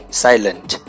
silent